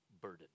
burden